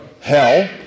hell